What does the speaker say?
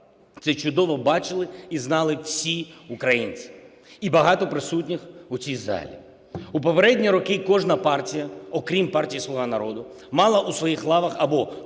Це чудово бачили і знали всі українці і багато присутніх у цій залі. У попередні роки кожна партія, окрім партії "Слуга народу", мала у своїх лавах або